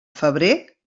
febrer